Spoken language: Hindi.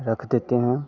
रख देते हैं